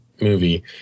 movie